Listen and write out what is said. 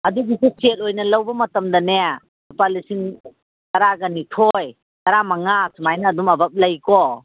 ꯑꯗꯨꯒꯤꯁꯨ ꯁꯦꯠ ꯑꯣꯏꯅ ꯂꯧꯕ ꯃꯇꯝꯗꯅꯦ ꯂꯨꯄꯥ ꯂꯤꯁꯤꯡ ꯇꯔꯥꯒ ꯅꯤꯊꯣꯏ ꯇꯔꯥꯃꯉꯥ ꯁꯨꯃꯥꯏꯅ ꯑꯗꯨꯝ ꯑꯕꯞ ꯂꯩꯀꯣ